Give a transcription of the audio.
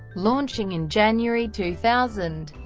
launching in january two thousand,